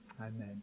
Amen